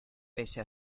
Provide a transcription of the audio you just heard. pese